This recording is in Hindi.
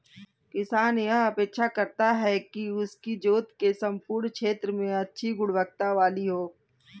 किसान यह अपेक्षा करता है कि उसकी जोत के सम्पूर्ण क्षेत्र में अच्छी गुणवत्ता वाली हो